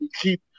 keep